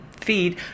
feed